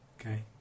Okay